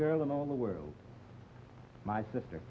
girl in all the world my sister